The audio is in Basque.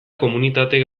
komunitate